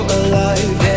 alive